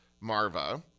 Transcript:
Marva